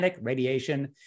radiation